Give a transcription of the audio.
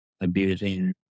Abusing